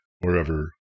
wherever